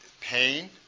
pain